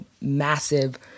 massive